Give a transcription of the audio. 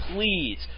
please